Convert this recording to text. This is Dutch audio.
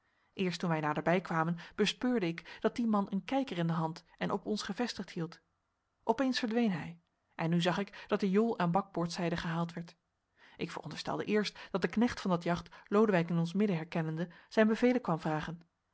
eerst toen wij naderbij kwamen bespeurde ik dat die man een kijker in de hand en op ons gevestigd hield opeens verdween hij en nu zag ik dat de jol aan bak boordzijde gehaald werd ik veronderstelde eerst dat de knecht van dat jacht lodewijk in ons midden herkennende zijn bevelen kwam vragen